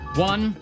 one